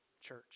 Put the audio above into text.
church